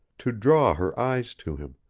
to draw her eyes to him,